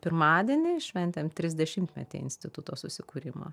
pirmadienį šventėm trisdešimtmetį instituto susikūrimo